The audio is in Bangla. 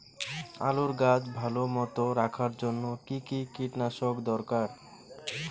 আলুর গাছ ভালো মতো রাখার জন্য কী কী কীটনাশক দরকার?